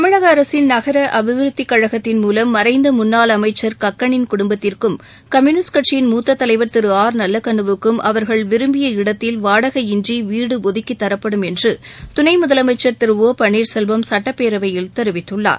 தமிழக அரசின் நகர அபிவிருத்திக் கழகத்தின் மூலம் மறைந்த முன்னாள் அமைச்சர் கக்களின் குடும்பத்திற்கும் கம்யூனிஸ்ட் கட்சியின் மூத்த தலைவர் திரு ஆர் நல்லக்கண்ணுவுக்கும் அவர்கள் விரும்பிய இடத்தில் வாடகையின்றி வீடு ஒதுக்கி தரப்படும் என்று துணை முதலமைச்சர் திரு ஒ பன்னீர்செல்வம் சட்டப்பேரவையில் தெரிவித்துள்ளார்